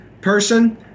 person